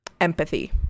empathy